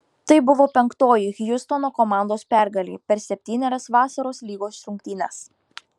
tai buvo penktoji hjustono komandos pergalė per septynerias vasaros lygos rungtynes